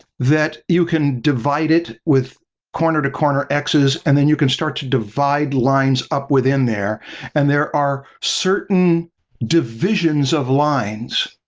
that you can divide it with corner to corner xs and then you can start to divide lines up within there and there are certain divisions of lines